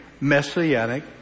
messianic